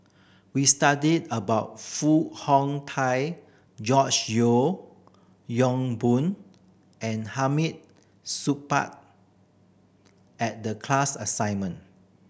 we studied about Foo Hong Tatt George Yeo Yong Boon and Hamid Supaat at the class assignment